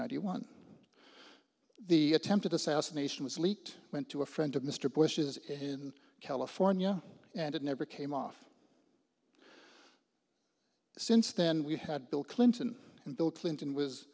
hundred one the attempted assassination was leaked went to a friend of mr bush's in california and it never came off since then we had bill clinton and bill clinton was